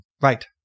Right